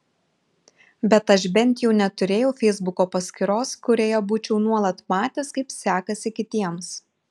bet aš bent jau neturėjau feisbuko paskyros kurioje būčiau nuolat matęs kaip sekasi kitiems